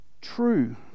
true